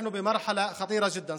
להתאחד ולתמוך בכל הכוחות הערביים במדינה.